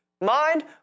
Mind